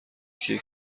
کیه